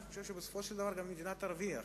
אני חושב שבסופו של דבר המדינה תרוויח.